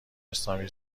اسلامی